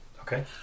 Okay